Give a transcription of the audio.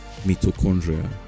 mitochondria